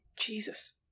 Jesus